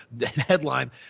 Headline